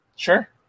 Sure